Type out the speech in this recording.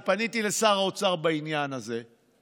ופניתי לשר האוצר בעניין הזה,